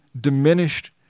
diminished